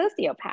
sociopath